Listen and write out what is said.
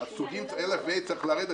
"אלא ו" צריך לרדת.